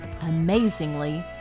amazingly